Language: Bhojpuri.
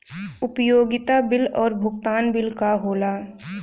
उपयोगिता बिल और भुगतान बिल का होला?